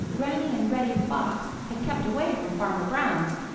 granny and reddy fox had kept away from farmer brown's,